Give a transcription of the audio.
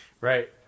Right